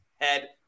head